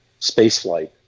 spaceflight